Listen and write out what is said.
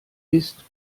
ist